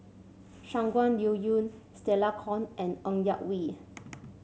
Shangguan Liuyun Stella Kon and Ng Yak Whee